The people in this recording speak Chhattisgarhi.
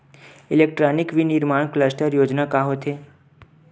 इलेक्ट्रॉनिक विनीर्माण क्लस्टर योजना का होथे?